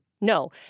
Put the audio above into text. No